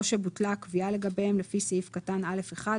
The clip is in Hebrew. או שבוטלה הקביעה לגביהם לפי סעיף קטן (א1),